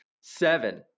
Seven